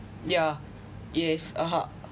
yeah yes (uh huh)